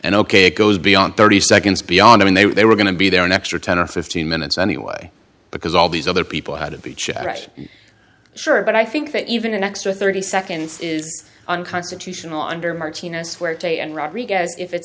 and ok it goes beyond thirty seconds beyond i mean they were they were going to be there an extra ten or fifteen minutes anyway because all these other people had to be checked right sure but i think that even an extra thirty seconds is unconstitutional under martino suerte and rodriguez if it's